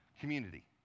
community